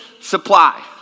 supply